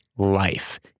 Life